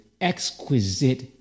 exquisite